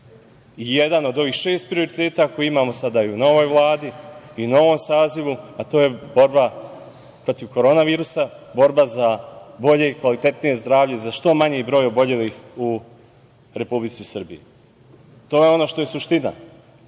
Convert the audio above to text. i jedan od ovih šest prioriteta koji imamo sada i u novoj Vladi i novom sazivu, a to je borba protiv korona virusa, borba za bolji i kvalitetnije zdravlje, za što manji broj obolelih u Republici Srbiji. To je ono što je suština. Mi